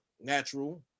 natural